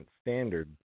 standard